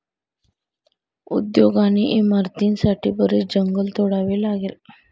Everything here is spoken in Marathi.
उद्योग आणि इमारतींसाठी बरेच जंगल तोडावे लागले